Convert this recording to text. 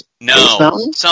No